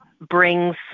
brings